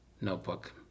notebook